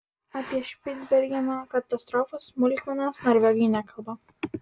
apie špicbergeno katastrofos smulkmenas norvegai nekalba